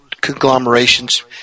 conglomerations